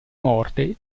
morte